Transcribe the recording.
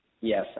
yes